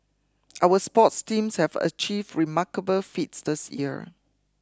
our sports teams have achieved remarkable feats this year